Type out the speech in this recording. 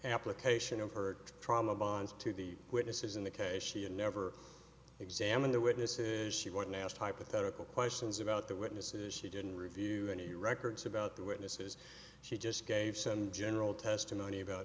application of her trauma bonds to the witnesses in the case she never examined the witnesses she wasn't asked hypothetical questions about the witnesses she didn't review any records about the witnesses she just gave some general testimony about